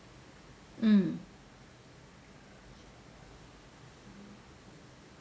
mm